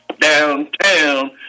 downtown